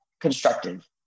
constructive